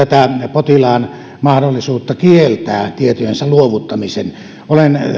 potilaan mahdollisuutta kieltää tietojensa luovuttaminen olen